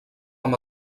amb